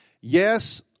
Yes